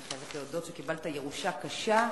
אני חייבת להודות שקיבלת ירושה קשה,